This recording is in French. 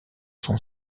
son